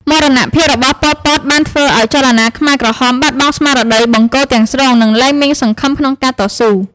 មរណភាពរបស់ប៉ុល ពត បានធ្វើឱ្យចលនាខ្មែរក្រហមបាត់បង់ស្មារតីបង្គោលទាំងស្រុង និងលែងមានសង្ឃឹមក្នុងការតស៊ូ។